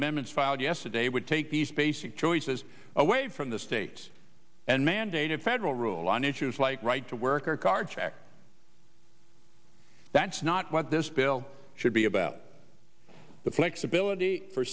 amendments filed yesterday would take these basic choices away from the states and mandated federal rule on issues like right to work or carjack that's not what this bill should be about the flexibility for